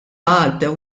għaddew